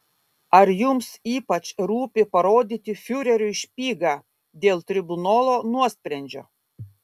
ar jums ypač rūpi parodyti fiureriui špygą dėl tribunolo nuosprendžio